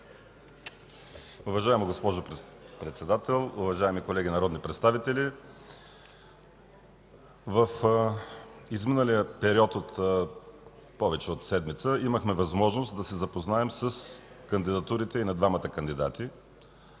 Уважаема госпожо Председател, уважаеми колеги народни представители! В изминалия период от повече от седмица имахме възможност да се запознаем с кандидатурите и на двамата кандидати.